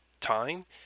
time